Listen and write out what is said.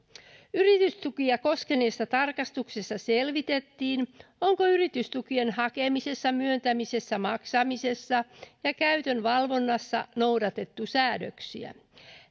yritystukia koskeneessa tarkastuksessa selvitettiin onko yritystukien hakemisessa myöntämisessä maksamisessa ja käytön valvonnassa noudatettu säädöksiä